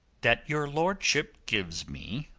that your lordship gives me,